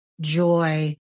joy